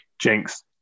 Jinx